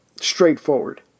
straightforward